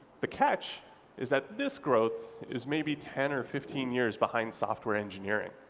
the catch is that this growth is maybe ten or fifteen years behind software engineering.